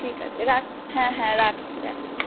ঠিক আছে রাখ হ্যাঁ হ্যাঁ রাখছি রাখছি